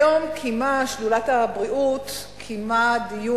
היום קיימה שדולת הבריאות בכנסת,